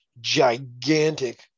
gigantic